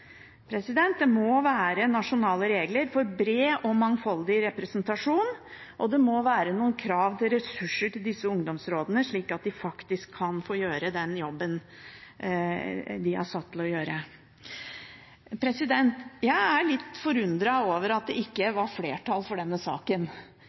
Det må være nasjonale regler for bred og mangfoldig representasjon, og det må være noen krav til ressurser til disse ungdomsrådene, slik at de faktisk kan få gjort den jobben de er satt til å gjøre. Jeg er litt forundret over at det ikke var flertall for denne saken.